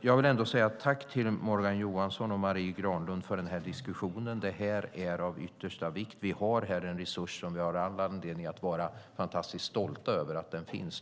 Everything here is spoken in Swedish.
Jag vill ändå säga tack till Morgan Johansson och Marie Granlund för diskussionen. Den är av yttersta vikt. Vi har här en resurs som vi har all anledning att vara fantastiskt stolta över att den finns.